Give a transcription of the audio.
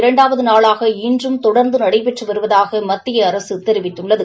இரண்டாவது நாளாக இன்றும் தொடர்ந்து நடைபெற்று வருவதாக மத்திய அரசு தெரிவித்துள்ளது